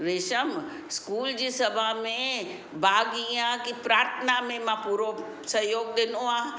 रेशम स्कूल जी सभा में भाग ईअं आहे की प्रार्थना में मां पूरो सहियोगु ॾिनो आहे